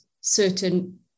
certain